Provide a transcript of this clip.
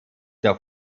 der